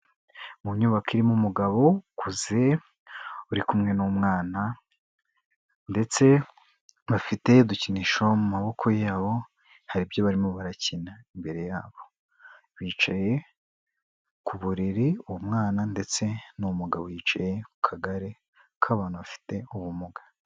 Mu nyubako irimo umugabo kuze uri kumwe n'umwana ndetse bafite udukinisho mu maboko yabo, hari ibyo barimo barakina imbere yabo, bicaye ku buriri uwo mwana ndetse n'umugabo yicaye ku kagare k'abantu bafite ubumuga.